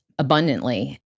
Abundantly